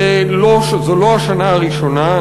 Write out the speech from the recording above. זו לא השנה הראשונה,